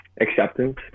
acceptance